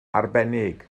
arbennig